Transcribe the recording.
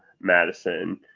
Madison